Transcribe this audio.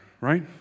right